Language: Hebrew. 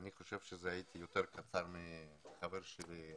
אני חושב שבדבריי הייתי יותר קצר מחברי אריאל